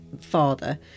father